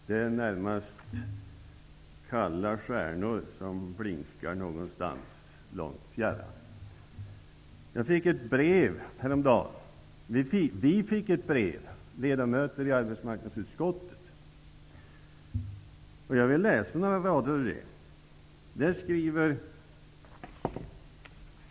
Det är närmast kalla stjärnor som blinkar någonstans långt i fjärran. Vi ledamöter i arbetsmarknadsutskottet fick ett brev häromdagen. Jag vill läsa några rader ur det.